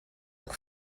pour